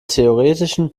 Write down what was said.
theoretischen